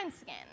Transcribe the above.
skin